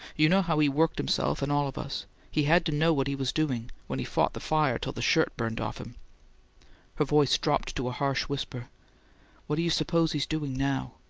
you know how he worked himself and all of us he had to know what he was doing, when he fought the fire till the shirt burned off him her voice dropped to a harsh whisper what do you s'pose he's doing now?